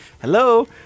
Hello